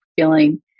feeling